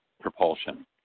propulsion